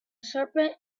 serpent